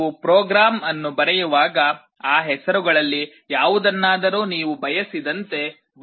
ನೀವು ಪ್ರೋಗ್ರಾಂ ಅನ್ನು ಬರೆಯುವಾಗ ಆ ಹೆಸರುಗಳಲ್ಲಿ ಯಾವುದನ್ನಾದರೂ ನೀವು ಬಯಸಿದಂತೆ ಬಳಸಬಹುದು